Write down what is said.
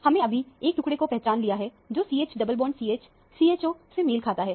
हमने अभी एक टुकड़े को पहचान लिया है जो CH double bond CH CHO से मेल खाता है